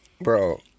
Bro